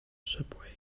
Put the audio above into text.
subway